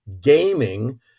gaming